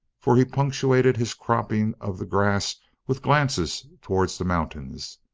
for he punctuated his cropping of the grass with glances towards the mountains.